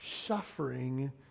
suffering